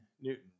Newton